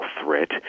threat